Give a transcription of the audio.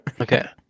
Okay